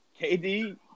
KD